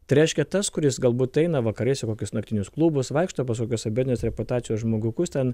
tai reiškia tas kuris galbūt eina vakarais į kokius naktinius klubus vaikšto pas kokios abejotinos reputacijos žmogiukus ten